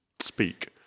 speak